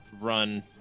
run